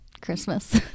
christmas